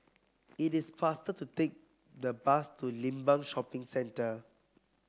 it is faster to take the bus to Limbang Shopping Centre